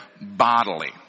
bodily